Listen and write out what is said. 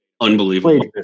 Unbelievable